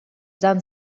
done